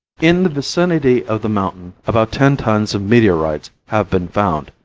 in the vicinity of the mountain about ten tons of meteorites have been found,